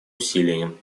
усилиям